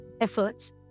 efforts